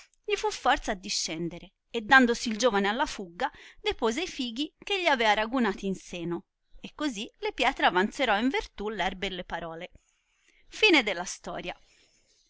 gli fu forza a discendere e dandosi il giovane alla fugga depose i fighi eh egli s aveva ragunati in seno e così le pietre avanzerò in vertù la e le parole